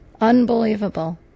Unbelievable